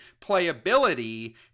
Playability